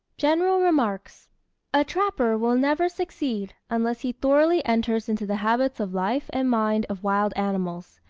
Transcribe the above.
general remarks a trapper will never succeed, unless he thoroughly enters into the habits of life and mind of wild animals.